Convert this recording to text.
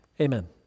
Amen